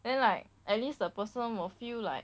then like at least the persona will feel like